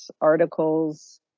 articles